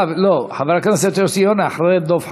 לא, חבר הכנסת יוסי יונה, אחרי דב חנין.